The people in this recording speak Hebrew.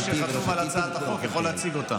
בשביל לדעת שכל מי שחתום על הצעת החוק יכול להציג אותה.